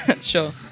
Sure